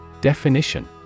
Definition